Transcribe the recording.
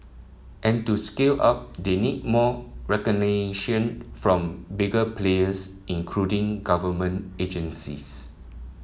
and to scale up they need more recognition from bigger players including government agencies